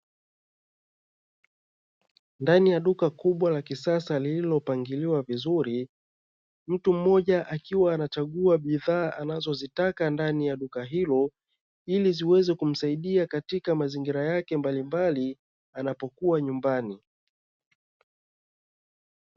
Ndani ya duka kubwa la kisasa lililopangiliwa vizuri, mtu mmoja akiwa anachangua bidhaa anazozitaka ndani ya duka hilo, ili ziweze kumsaidia katika mazingira yake mbalimbali anapokuwa nyumbani.